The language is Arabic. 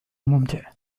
ممتع